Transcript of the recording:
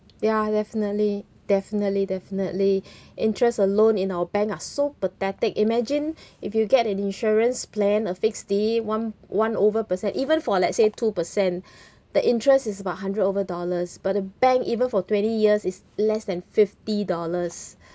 ya definitely definitely definitely interest alone in our bank are so pathetic imagine if you get an insurance plan a fixed D one one over percent even for let's say two percent the interest is about hundred over dollars but a bank even for twenty years is less than fifty dollars